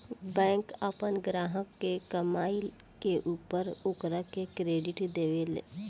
bank आपन ग्राहक के कमईला के ऊपर ओकरा के क्रेडिट देवे ले